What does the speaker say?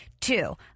Two